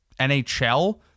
NHL